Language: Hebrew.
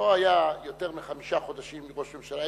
לא היה יותר מחמישה חודשים ראש ממשלה,